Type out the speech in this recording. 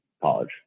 college